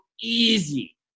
easy